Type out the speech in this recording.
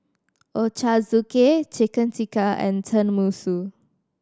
Ochazuke Chicken Tikka and Tenmusu